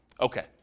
Okay